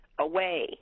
away